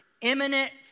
imminent